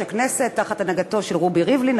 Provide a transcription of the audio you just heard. הכנסת תחת הנהגתו של רובי ריבלין,